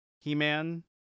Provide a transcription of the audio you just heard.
He-Man